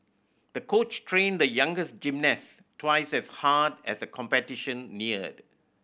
the coach trained the young gymnast twice as hard as the competition neared